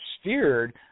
steered